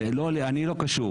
לא, אני לא קשור.